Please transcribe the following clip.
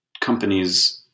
companies